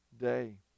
day